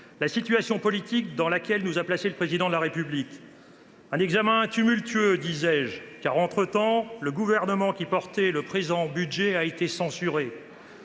la situation politique dans laquelle nous a placés le Président de la République. Cet examen a été tumultueux, dis je, car, entre temps, le gouvernement qui défendait le présent budget a été censuré.